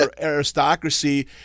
aristocracy